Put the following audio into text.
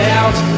out